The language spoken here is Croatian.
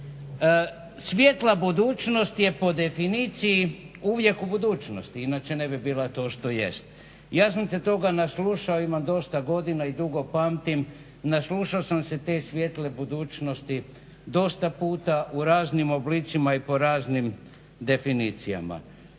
Svjetla budućnost je po definiciji uvijek u budućnosti, inače ne bi bila to što jest. Ja sam se toga naslušao, imam dosta godina i dugo pamtim, naslušao sam se te svijetle budućnosti dosta puta u raznim oblicima i po raznim definicijama.